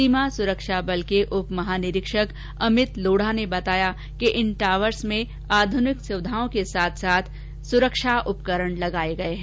सीमा सुरक्षा बल के उप महानिरीक्षक अमित लोढा ने बताया कि इन टावर्स में आधुनिक सुविधाओं के साथ साथ आधुनिक सुरक्षा उपकरण लगाए गए हैं